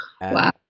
wow